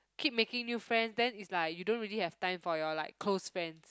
keep making new friend then is like you don't really have time for your like close friends